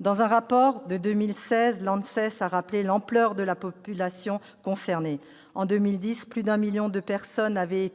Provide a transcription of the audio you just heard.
Dans un rapport de 2016, l'ANSES a rappelé l'ampleur de la population concernée :« En 2010, plus d'un million de personnes avaient